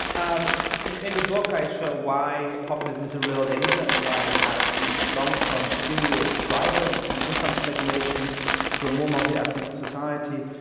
um in the and book i show why populism is a real danger and why it has these long-term serious drivers from income stagnation to a more multi-ethnic society.